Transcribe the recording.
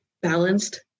balanced